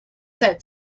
said